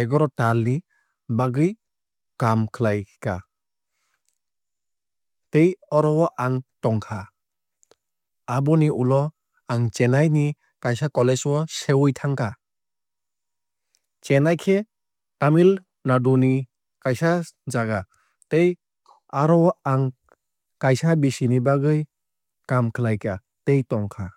egaroh tal ni bagwui kaam khlaikha tei aro o ang tongkha. Aboni ulo ang chennai ni kaisa college o sewui thangkha. Chennai khe tamil nadu ni kaisa jaga tei aro o ang kiasa bisi ni bagwui kaam khlaikha tei tongkha.